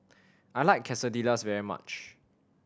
I like Quesadillas very much